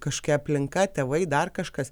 kažkokia aplinka tėvai dar kažkas